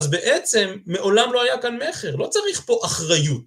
אז בעצם מעולם לא היה כאן מכר, לא צריך פה אחריות.